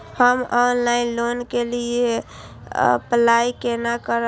हम online loan के लिए अप्लाई केना करब?